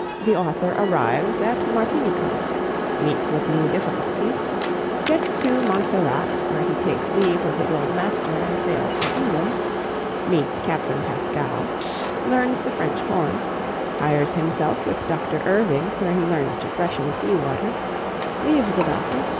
the author arrives at martinico meets with new difficulties gets to montserrat, where he takes leave of his old master, and sails for england meets capt. and pascal learns the french horn hires himself with doctor irving, where he learns to freshen sea water leaves the doctor,